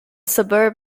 suburb